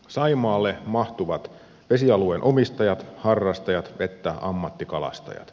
saimaalle mahtuvat vesialueen omistajat harrastajat ja ammattikalastajat